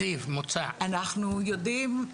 אנחנו יודעים,